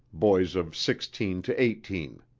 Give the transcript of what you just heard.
boys of sixteen to eighteen.